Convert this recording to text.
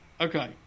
okay